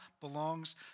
belongs